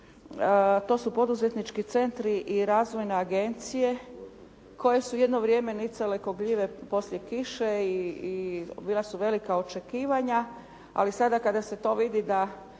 to su poduzetnički centri i razvojna agencije koje su jedno vrijeme nicale ko gljive poslije kiše i bila su velika očekivanja, ali sada kada se to vidi da